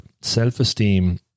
self-esteem